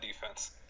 defense